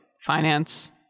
Finance